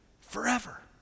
Forever